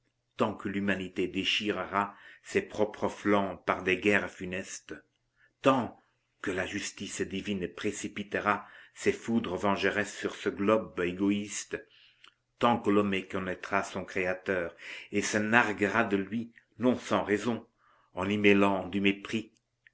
tant que l'humanité déchirera ses propres flancs par des guerres funestes tant que la justice divine précipitera ses foudres vengeresses sur ce globe égoïste tant que l'homme méconnaîtra son créateur et se narguera de lui non sans raison en y mêlant du mépris